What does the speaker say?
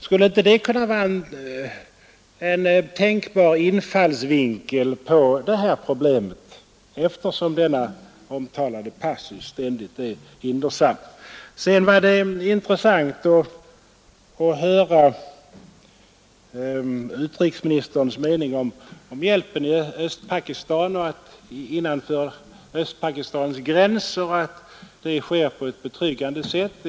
Skulle det inte kunna vara en tänkbar infallsvinkel på problemet, eftersom denna omtalade passus ständigt är hindersam? Det var intressant att höra utrikesministerns mening om hjälpen i Östpakistan och att hjälpen innanför Östpakistans gränser handlägges på ett betryggande sätt.